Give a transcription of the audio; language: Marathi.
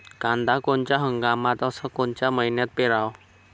कांद्या कोनच्या हंगामात अस कोनच्या मईन्यात पेरावं?